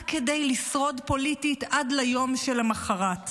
רק כדי לשרוד פוליטית עד ליום המוחרת.